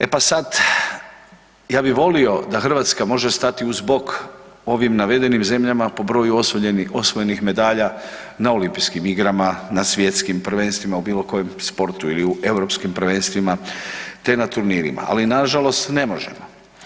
E pa sad ja bi volio da Hrvatska može stati uz bok ovim navedenim zemljama po broju osvojenih medalja na Olimpijskim igrama, na svjetskim prvenstvima u bilo kojem sportu ili u europskim prvenstvima te na turnirima, ali nažalost ne možemo.